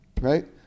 right